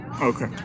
Okay